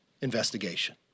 investigation